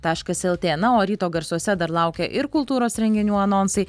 taškas lt na o ryto garsuose dar laukia ir kultūros renginių anonsai